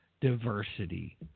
diversity